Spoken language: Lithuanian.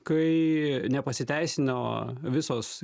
kai nepasiteisino visos